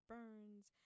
Burns